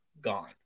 Gone